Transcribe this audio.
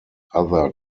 other